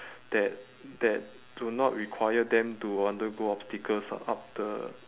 that that do not require them to undergo obstacles u~ up the